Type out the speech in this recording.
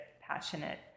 passionate